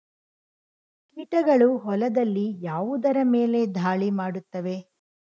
ಕೀಟಗಳು ಹೊಲದಲ್ಲಿ ಯಾವುದರ ಮೇಲೆ ಧಾಳಿ ಮಾಡುತ್ತವೆ?